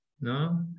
no